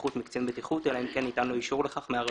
בטיחות מקצין בטיחות אלא אם כן ניתן לו אישור לכך מהרשות.